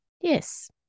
Yes